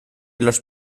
los